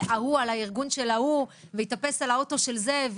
ההוא על הארגון של ההוא ויטפס על האוטו של זה,